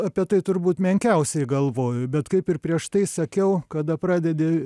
apie tai turbūt menkiausiai galvoju bet kaip ir prieš tai sakiau kada pradedi